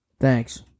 thanks